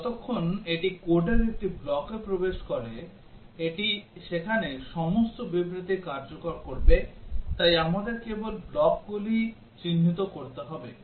যতক্ষণ এটি কোডের একটি ব্লকে প্রবেশ করে এটি সেখানে সমস্ত বিবৃতি কার্যকর করবে তাই আমাদের কেবল ব্লকগুলি চিহ্নিত করতে হবে